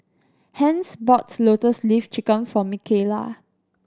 Hence bought Lotus Leaf Chicken for Mikaela